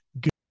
good